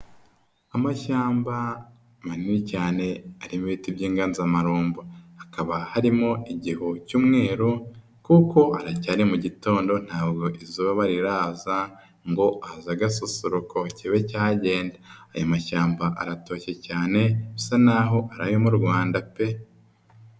Amashyamba manini cyane arimo ibiti by'inganzamarumbo, hakaba harimo igihu cy'umweruro kuko haracyari mu gitondo ntabwo izuba riraza ngo haze agasusuruko kibe cyagenda, aya mashyamba aratoshye cyane bisa nk'aho arayo mu Rwanda pe!